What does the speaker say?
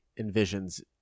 envisions